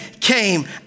came